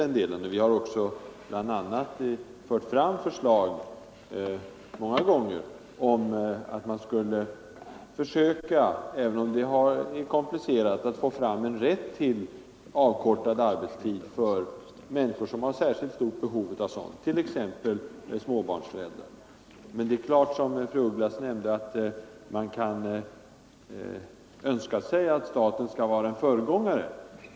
Och fastän vi vet att det är en komplicerad fråga har vi många gånger fört fram förslag om rätt till avkortad arbetstid för människor som har särskilt stort behov av detta, t.ex. småbarnsföräldrar. Men det är klart att man, som fru af Ugglas sade, kan önska sig att staten skall vara en föregångare.